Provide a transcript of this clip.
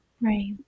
right